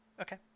Okay